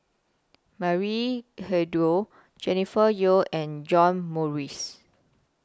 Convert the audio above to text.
Maria Hertogh Jennifer Yeo and John Morrice